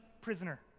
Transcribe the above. prisoner